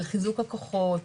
על חיזוק הכוחות,